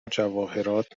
جواهرات